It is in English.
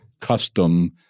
custom